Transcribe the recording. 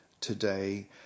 today